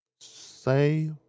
Say